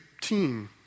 team